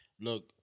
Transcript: Look